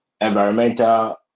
environmental